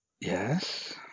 yes